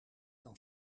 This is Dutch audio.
dan